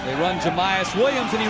run jamyest williams and he